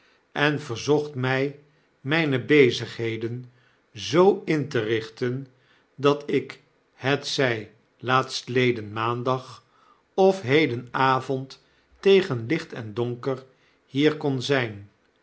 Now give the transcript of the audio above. en verzocht my myne bezigheden zoo in te richten dat ikhetzy laatstleden maandag of hedenavond tegen licht en donker hier kon zyn